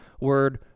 word